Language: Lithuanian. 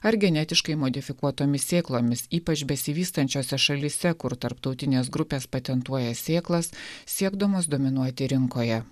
ar genetiškai modifikuotomis sėklomis ypač besivystančiose šalyse kur tarptautinės grupės patentuoja sėklas siekdamos dominuoti rinkoje